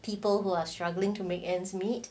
people who are struggling to make ends meet